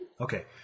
Okay